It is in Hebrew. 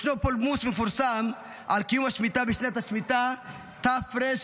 ישנו פולמוס מפורסם על קיום השמיטה בשנת השמיטה תרמ"ט,